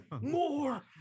more